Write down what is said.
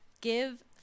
give